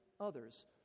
others